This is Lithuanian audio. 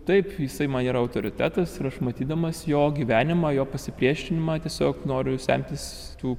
taip jisai man yra autoritetas ir aš matydamas jo gyvenimą jo pasipriešinimą tiesiog noriu semtis tų